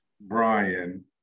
Brian